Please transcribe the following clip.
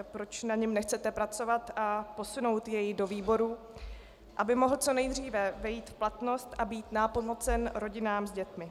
Proč na něm nechcete pracovat a posunout jej do výborů, aby mohl co nejdříve vejít v platnost a být nápomocen rodinám s dětmi?